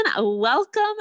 welcome